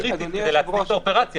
--- מסה קריטית כדי להפעיל את האופרציה